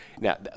Now